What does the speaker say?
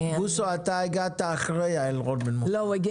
אני מראש אומרת שאני לא אוכל